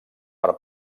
per